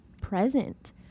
present